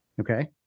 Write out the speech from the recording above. Okay